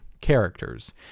characters